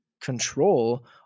control